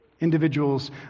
Individuals